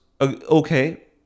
okay